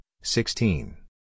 sixteen